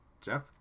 Jeff